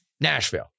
Nashville